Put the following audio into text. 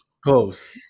Close